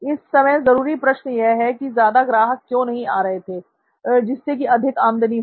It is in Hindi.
इस समय जरूरी प्रश्न यह है कि ज्यादा ग्राहक क्यों नहीं आ रहे थे जिससे कि अधिक आमदनी हो